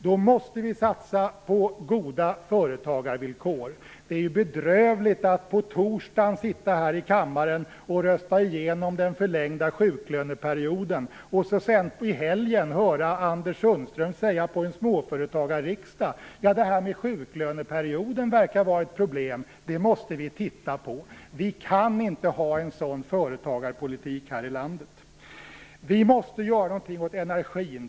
Då måste vi satsa på goda företagarvillkor. Det är bedrövligt att på torsdagen sitta här i kammaren när den förlängda sjuklöneperioden röstas igenom och sedan i helgen höra Anders Sundström säga på en småföretagarriksdag: Det här med sjuklöneperioden verkar vara ett problem, och det måste vi titta på. Vi kan inte ha en sådan företagarpolitik här i landet. Vi måste göra någonting åt energin.